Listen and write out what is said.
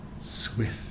Swift